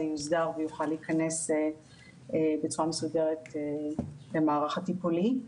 יוסדר ויוכל להיכנס בצורה מסודרת למערך הטיפולי.